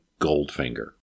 Goldfinger